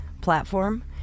platform